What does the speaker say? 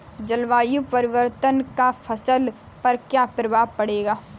जलवायु परिवर्तन का फसल पर क्या प्रभाव पड़ेगा?